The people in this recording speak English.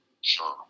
Sure